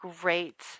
great